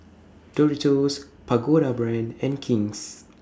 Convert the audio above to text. Doritos Pagoda Brand and King's